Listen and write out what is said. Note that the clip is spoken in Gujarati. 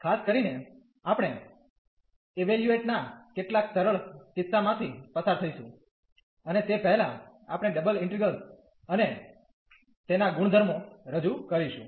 ખાસ કરીને આપણે ઇવેલ્યુએટના કેટલાક સરળ કિસ્સામાંથી પસાર થઈશું અને તે પહેલાં આપણે ડબલ ઇન્ટિગ્રલ્સ અને તેના ગુણધર્મો રજૂ કરીશું